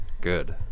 Good